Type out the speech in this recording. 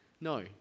No